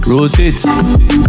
Rotate